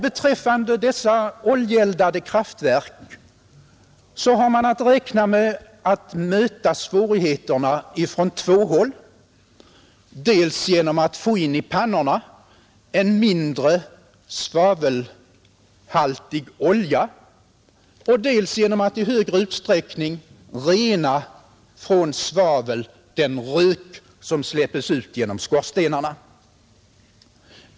Beträffande de oljeeldade kraftverken har man att räkna med att möta svårigheterna från två håll: dels genom att få in i pannorna en mindre svavelhaltig olja, dels genom att i större utsträckning rena från svavel den rök som släpps ut genom skorstenarna.